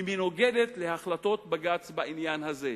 היא מנוגדת להחלטות בג"ץ בעניין הזה,